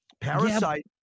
Parasite